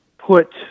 put